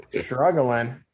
Struggling